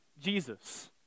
Jesus